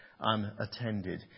unattended